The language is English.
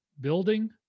building